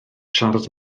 siarad